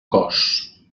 cos